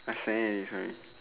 I say already sorry